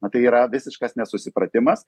na tai yra visiškas nesusipratimas